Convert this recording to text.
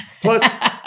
Plus